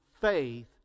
faith